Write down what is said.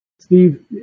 Steve